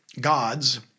God's